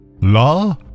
La